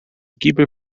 giebel